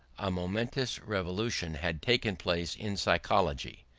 a momentous revolution had taken place in psychology.